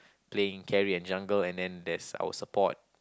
playing carry and jungle and then there's our support